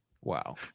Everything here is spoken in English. Wow